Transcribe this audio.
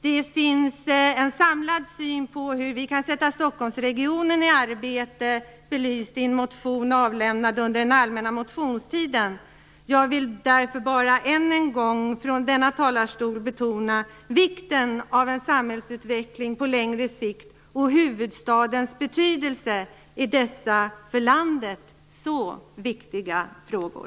Det finns en samlad syn på hur vi kan sätta Stockholmsregionen i arbete i en motion avlämnad under den allmänna motionstiden. Jag vill därför bara än en gång - från denna talarstol - betona vikten av en samhällsutveckling på längre sikt och huvudstadens betydelse i dessa för landet så viktiga frågor.